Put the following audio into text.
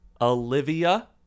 Olivia